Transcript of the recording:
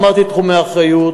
אמרתי את תחומי האחריות,